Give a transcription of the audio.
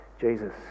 Jesus